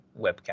webcam